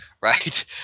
right